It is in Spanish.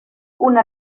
una